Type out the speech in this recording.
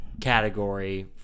category